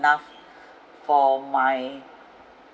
for my